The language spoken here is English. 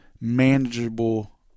manageable